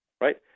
right